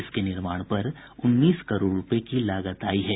इसके निर्माण पर उन्नीस करोड़ रूपये की लागत आयी है